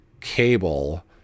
Cable